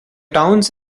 towns